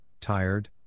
tired